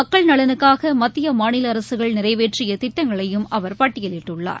மக்கள் நலனுக்காக மத்திய மாநில அரசுகள் நிறைவேற்றிய திட்டங்களையும் அவர் பட்டியிலிட்டுள்ளார்